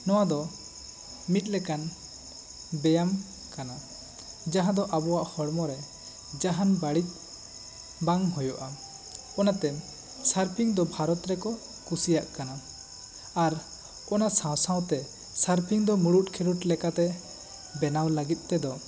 ᱱᱚᱣᱟ ᱫᱚ ᱢᱤᱫ ᱞᱮᱠᱟᱱ ᱵᱮᱭᱟᱢ ᱠᱟᱱᱟ ᱡᱟᱦᱟᱸ ᱫᱚ ᱟᱵᱚᱣᱟᱜ ᱦᱚᱲᱢᱚ ᱨᱮ ᱡᱟᱦᱟᱱ ᱵᱟᱹᱲᱤᱡ ᱵᱟᱝ ᱦᱩᱭᱩᱜᱼᱟ ᱚᱱᱟᱛᱮ ᱥᱟᱨᱯᱷᱤᱝ ᱫᱚ ᱵᱷᱟᱨᱟᱛ ᱨᱮᱠᱚ ᱠᱩᱥᱤᱭᱟᱜ ᱠᱟᱱᱟ ᱟᱨ ᱚᱱᱟ ᱥᱟᱶ ᱥᱟᱶᱛᱮ ᱥᱟᱨᱯᱷᱤᱝ ᱫᱚ ᱢᱩᱬᱩᱛ ᱠᱷᱮᱞᱚᱰ ᱵᱮᱱᱟᱣ ᱞᱟᱹᱜᱤᱫ ᱛᱮᱫᱚ